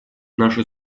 наши